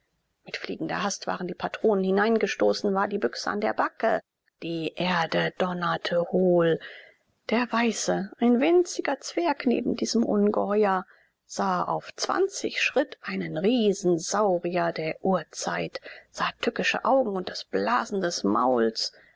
mit fliegender hast waren die patronen hineingestoßen war die büchse an der backe die erde donnerte hohl der weiße ein winziger zwerg neben diesem ungeheuer sah auf zwanzig schritt einen riesensaurier der urzeit sah tückische augen und das blasen des mauls